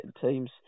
teams